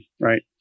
right